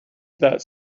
that